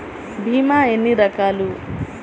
భీమ ఎన్ని రకాలు?